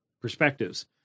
perspectives